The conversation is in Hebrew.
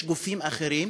יש גופים אחרים,